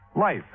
Life